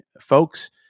folks